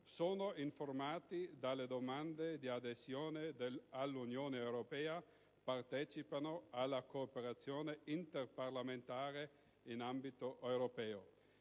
sono informati delle domande di adesione all'Unione europea; partecipano alla cooperazione interparlamentare in ambito europeo.